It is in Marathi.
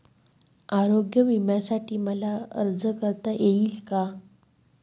आरोग्य विम्यासाठी मला अर्ज करता येईल का?